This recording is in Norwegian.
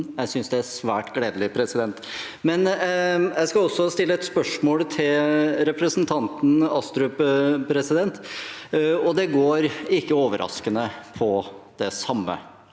Jeg synes det er svært gledelig. Jeg skal også stille et spørsmål til representanten Astrup, og det går ikke overraskende på det samme